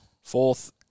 Fourth